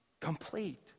Complete